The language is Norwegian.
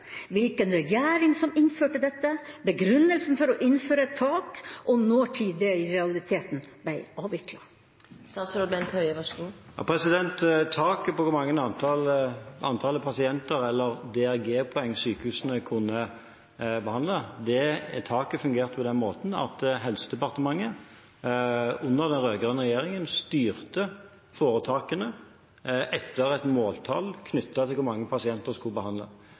hvilken regjering som innførte dette, begrunnelsen for å innføre et tak og når det i realiteten ble avviklet? Taket på antallet pasienter sykehusene kunne behandle, eller DRG-poeng, fungerte på den måten at Helsedepartementet under den rød-grønne regjeringen styrte foretakene etter et måltall knyttet til hvor mange pasienter en skulle behandle.